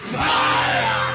fire